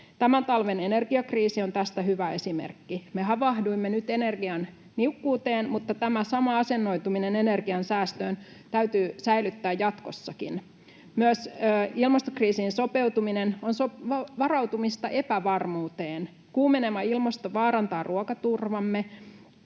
Tämän talven energiakriisi on tästä hyvä esimerkki: me havahduimme nyt energian niukkuuteen, mutta tämä sama asennoituminen energiansäästöön täytyy säilyttää jatkossakin. Ilmastokriisiin sopeutuminen on myös varautumista epävarmuuteen. Kuumeneva ilmasto vaarantaa ruokaturvamme,